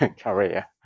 career